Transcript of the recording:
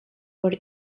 por